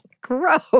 gross